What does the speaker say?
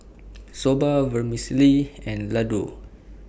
Soba Vermicelli and Ladoo